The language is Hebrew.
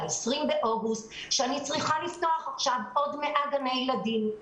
ב-20 באוגוסט שאני צריכה לפתוח עוד 100 גני ילדים.